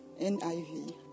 NIV